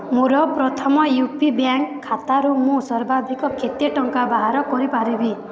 ମୋର ପ୍ରଥମ U P bank ଖାତାରୁ ମୁଁ ସର୍ବାଧିକ କେତେ ଟଙ୍କା ବାହାର କରିପାରିବି